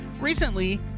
recently